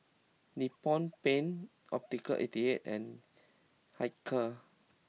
Nippon Paint Optical eighty eight and Hilker